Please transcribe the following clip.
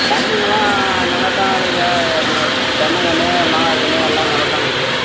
கன்னுங்கெல்லாம் நல்லா தான் இருக்குது இந்த தென்னங்கன்று மாங்காக்கன்று எல்லாம் நல்லா தான்இருக்குது